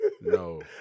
No